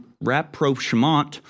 rapprochement